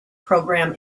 program